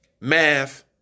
Math